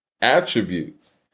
attributes